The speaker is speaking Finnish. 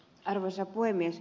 arvoisa puhemies